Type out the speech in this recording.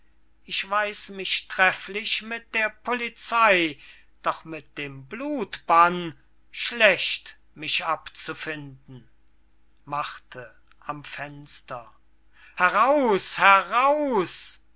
ich weiß mich trefflich mit der polizey doch mit dem blutbann schlecht mich abzufinden marthe am fenster heraus heraus